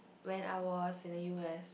when I was in the U_S